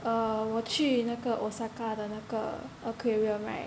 err 我去那个 Osaka 的那个 aquarium right